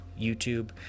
YouTube